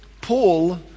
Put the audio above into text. Paul